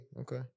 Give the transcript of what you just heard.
Okay